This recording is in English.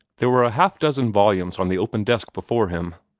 there were a half-dozen volumes on the open desk before him.